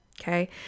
okay